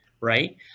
right